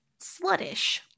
sluttish